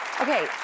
Okay